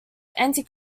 anti